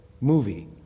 movie